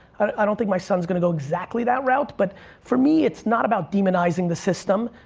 i don't think my son's gonna go exactly that route but for me, it's not about demonizing the system.